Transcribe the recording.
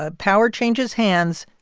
ah power changes hands,